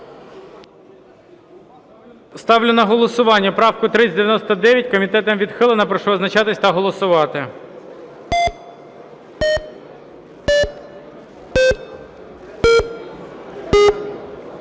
Ставлю на голосування правку 3099, комітетом відхилена. Прошу визначатись та голосувати.